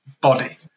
body